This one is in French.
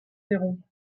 neyron